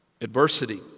adversity